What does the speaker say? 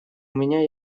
меня